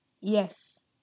Yes